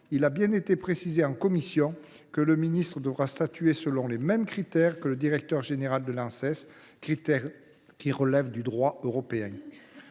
il a bien été précisé en commission que le ministre devra statuer selon les mêmes critères que ceux du directeur général de l’Anses, qui relèvent du droit européen.